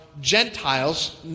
Gentiles